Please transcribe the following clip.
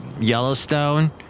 Yellowstone